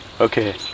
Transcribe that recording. Okay